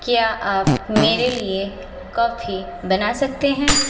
क्या आप मेरे लिए कॉफी बना सकते हैं